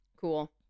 Cool